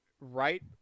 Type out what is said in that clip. right